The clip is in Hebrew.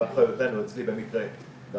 אנחנו